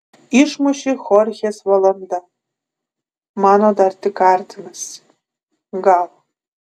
išmušė chorchės valanda mano dar tik artinasi gal